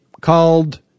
called